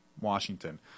washington